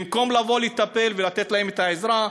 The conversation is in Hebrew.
במקום לבוא לטפל ולתת להם את העזרה,